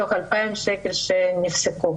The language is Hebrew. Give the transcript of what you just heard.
מתוך 2,000 שקל שנחסכו.